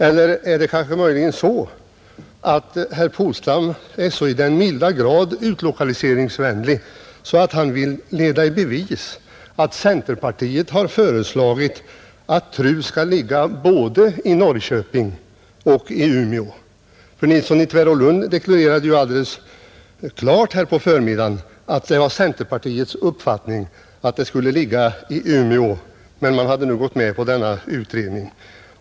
Eller är möjligen herr Polstam så till den milda grad utlokaliseringsvänlig att han vill leda i bevis att centerpartiet har föreslagit att TRU skall ligga både i Norrköping och i Umeå? Herr Nilsson i Tvärålund deklarerade ju alldeles klart här på förmiddagen att det var centerpartiets uppfattning att kommittén skulle förläggas till Umeå men man hade nu gått med på denna utredning.